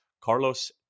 Carlos